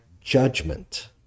judgment